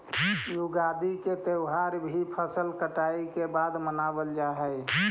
युगादि के त्यौहार भी फसल कटाई के बाद मनावल जा हइ